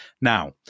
Now